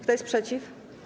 Kto jest przeciw?